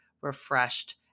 refreshed